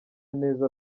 neza